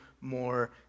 more